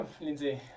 Lindsay